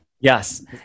Yes